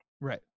Right